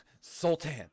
Sultan